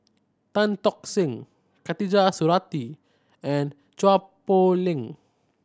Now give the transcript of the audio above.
Tan Tock San Khatijah Surattee and Chua Poh Leng